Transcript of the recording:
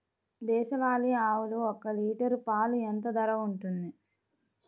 దేశవాలి ఆవులు ఒక్క లీటర్ పాలు ఎంత ధర ఉంటుంది?